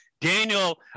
Daniel